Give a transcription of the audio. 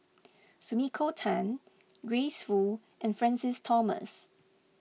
Sumiko Tan Grace Fu and Francis Thomas